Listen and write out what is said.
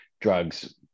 drugs